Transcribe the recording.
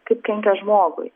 kaip kenkia žmogui